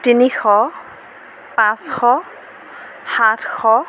তিনিশ পাঁচশ সাতশ